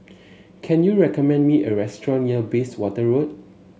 can you recommend me a restaurant near Bayswater Road